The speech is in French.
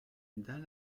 dans